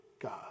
God